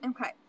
okay